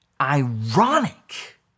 Ironic